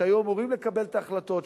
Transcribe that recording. שהיו אמורים לקבל את ההחלטות,